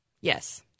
Yes